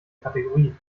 kategorie